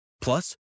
Plus